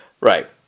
Right